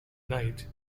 knight